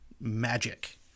magic